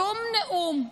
שום נאום,